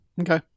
Okay